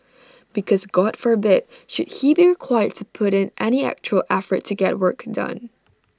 because God forbid should he be required to put in any actual effort to get work done